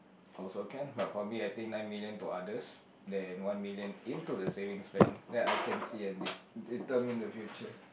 also can but probably I think nine million to others then one million into the savings bank then I can see a determine the future